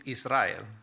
Israel